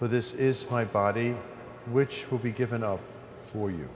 for this is my body which will be given up for you